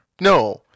No